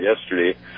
yesterday